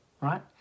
right